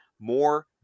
more